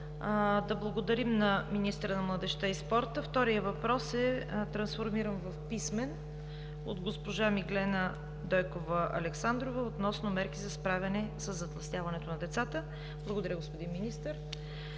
Да благодарим на министъра на младежта и спорта. Вторият въпрос е трансформиран в писмен от госпожа Миглена Александрова относно мерки за справяне със затлъстяването на децата. Благодаря, господин Министър.